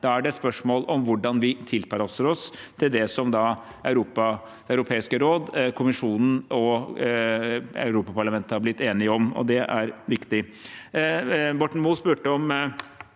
Da er det et spørsmål om hvordan vi tilpasser oss til det som Europa, Det europeiske råd, Kommisjonen og Europaparlamentet har blitt enige om, og det er viktig. Borten Moe spurte om